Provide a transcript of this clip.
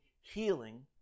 healing